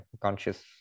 conscious